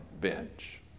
bench